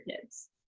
kids